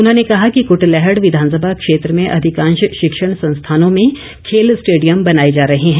उन्होंने कहा कि कुटलैहड़ विधानसभा क्षेत्र में अधिकांश शिक्षण संस्थानों में खेल स्टेडियम बनाए जा रहे हैं